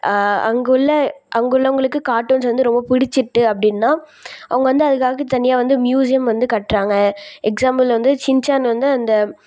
அங்குள்ள அங்குள்ளவர்களுக்கு கார்ட்டூன்ஸ் வந்து ரொம்ப பிடிச்சுட்டு அப்படின்னா அவங்க வந்து அதுக்காக தனியாக வந்து மியூசியம் வந்து கட்டுறாங்க எக்ஸ்சாம்பிள் வந்து ஷின்சான் வந்து அந்த